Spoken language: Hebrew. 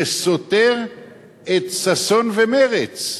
שסותר את ששון ומרצ?